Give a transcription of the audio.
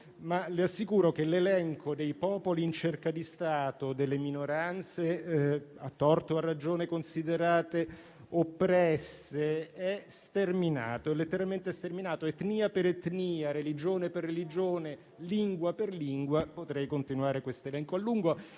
ma le assicuro che l'elenco dei popoli in cerca di Stato, delle minoranze - a torto o a ragione - considerate oppresse è sterminato, letteralmente sterminato. Etnia per etnia, religione per religione, lingua per lingua, potrei continuare questo elenco a lungo.